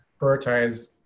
prioritize